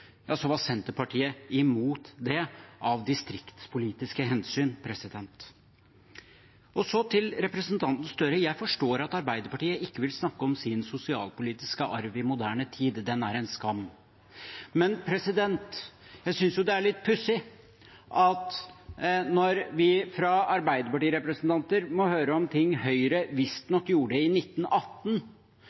var Senterpartiet imot det, av distriktspolitiske hensyn. Så til representanten Gahr Støre: Jeg forstår at Arbeiderpartiet ikke vil snakke om sin sosialpolitiske arv i moderne tid. Den er en skam. Men jeg syns det er litt pussig at mens vi fra arbeiderpartirepresentanter må høre om ting Høyre visstnok gjorde i 1918,